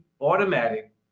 automatic